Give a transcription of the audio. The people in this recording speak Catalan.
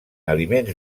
aliments